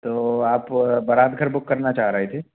तो आप बारात घर बुक करना चाह रहे थे